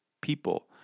people